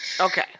Okay